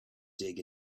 dig